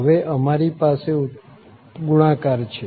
હવે અમારી પાસે ગુણાકાર છે